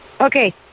Okay